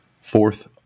Fourth